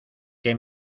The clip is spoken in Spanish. que